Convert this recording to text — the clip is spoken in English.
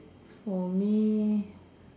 for me